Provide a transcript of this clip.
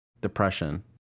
depression